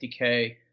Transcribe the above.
50K